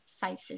sizes